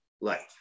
life